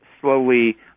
slowly